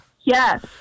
Yes